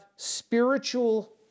spiritual